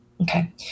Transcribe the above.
Okay